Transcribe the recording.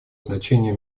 значение